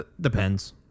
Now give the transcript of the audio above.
Depends